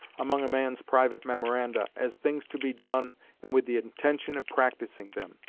among a man's private memoranda, as things to be done and with the intention of practising them.